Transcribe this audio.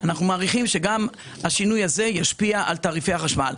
אנחנו מעריכים שגם השינוי הזה ישפיע על תעריפי החשמל.